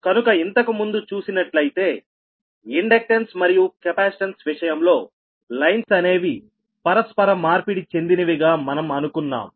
కనుక ఇంతకుముందు చూసినట్లయితే ఇండక్టెన్స్ మరియు కెపాసిటెన్స్ విషయంలో లైన్స్ అనేవి పరస్పర మార్పిడి చెందినవిగా మనం అనుకున్నాం